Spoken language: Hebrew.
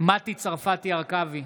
מטי צרפתי הרכבי,